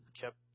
kept